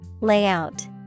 Layout